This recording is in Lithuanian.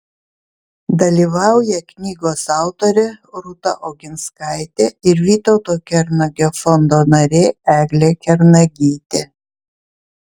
dalyvauja knygos autorė rūta oginskaitė ir vytauto kernagio fondo narė eglė kernagytė